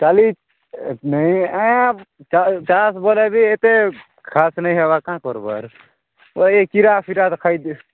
କାଲି ନେହି ଏ ଆପ୍ ଚାଷ୍ ପରେ ବି ଏତେ ଖାସ୍ ନାଇଁ ହବାର କାଁ କରିବୁ ଆରୁ ଓଏ କିରା ଫିରା ଖାଇଦିଏ